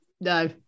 no